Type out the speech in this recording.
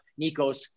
Nikos